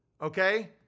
okay